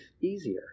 easier